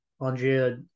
Andrea